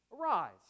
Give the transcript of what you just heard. Arise